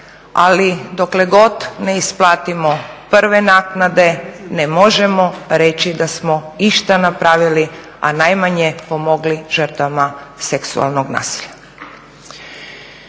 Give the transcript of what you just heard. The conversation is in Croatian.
Ali dokle god ne isplatimo prve naknade ne možemo reći da smo išta napravili a najmanje pomogli žrtvama seksualnog nasilja.